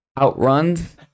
outruns